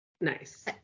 Nice